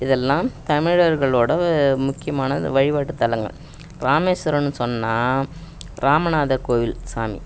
இதெல்லாம் தமிழர்களோட முக்கியமான இந்த வழிபாட்டுத்தலங்கள் ராமேஸ்வரன்னு சொன்னால் ராமநாதர் கோவில் சாமி